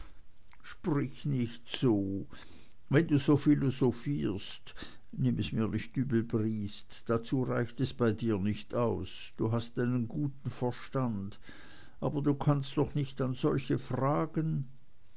sprich nicht so wenn du so philosophierst nimm es mir nicht übel briest dazu reicht es bei dir nicht aus du hast deinen guten verstand aber du kannst doch nicht an solche fragen